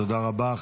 תודה רבה.